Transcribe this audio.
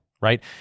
Right